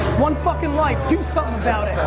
one fuckin' life, do so about it.